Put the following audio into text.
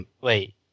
Wait